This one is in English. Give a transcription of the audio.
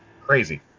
crazy